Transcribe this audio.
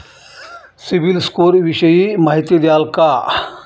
CIBIL score विषयी माहिती द्याल का?